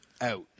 out